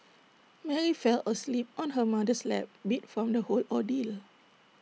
Mary fell asleep on her mother's lap beat from the whole ordeal